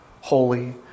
holy